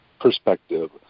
perspective